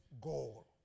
goal